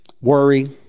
worry